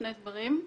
שני דברים.